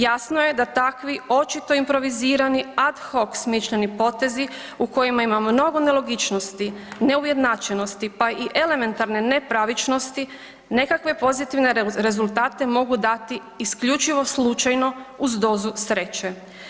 Jasno je da takvi očito improvizirani ad hoc smišljeni potezi u kojima imamo mnogo nelogičnosti, neujednačenosti pa i elementarne nepravičnosti nekakve pozitivne rezultate mogu dati isključivo slučaju uz dozu sreće.